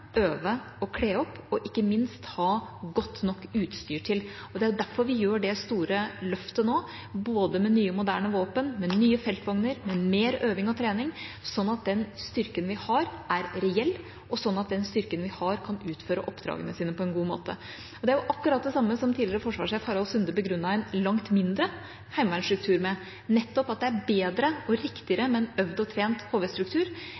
øve, kle opp og ikke minst ha godt nok utstyr til. Det er derfor vi gjør det store løftet nå, både med nye moderne våpen, med nye feltvogner, med mer øving og trening – sånn at den styrken vi har, er reell, og sånn at den styrken vi har, kan utføre oppdragene sine på en god måte. Det er akkurat det samme som tidligere forsvarssjef Harald Sunde begrunnet en langt mindre heimevernsstruktur med, nettopp at det er bedre og